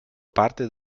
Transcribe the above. parte